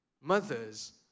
Mothers